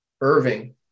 Irving